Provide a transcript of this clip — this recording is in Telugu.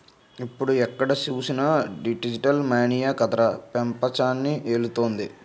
ఇప్పుడు ఎక్కడ చూసినా డిజిటల్ మనీయే కదరా పెపంచాన్ని ఏలుతోంది